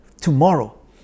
tomorrow